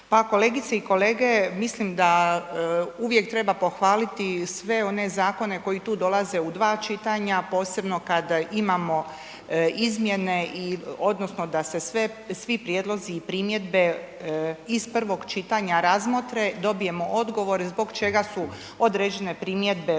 Pa kolegice i kolege, mislim da uvijek treba pohvaliti sve one zakone koji tu dolaze u dva čitanja, posebno kada imamo izmjene odnosno da se svi prijedlozi i primjedbe iz prvog čitanja razmotre, dobijemo odgovore zbog čega su određene primjedbe uvrštene